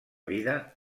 vida